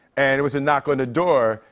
and it was a knock on the door.